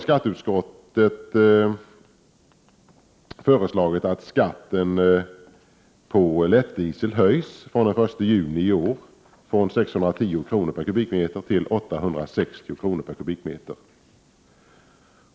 skall höjas den 1 juni i år från 610 kr. m?.